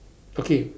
okay